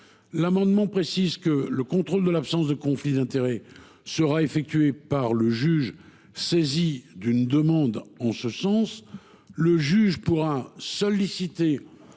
L’amendement tend à préciser que le contrôle de l’absence de conflit d’intérêts sera effectué par le juge saisi d’une demande en ce sens. Le juge pourra solliciter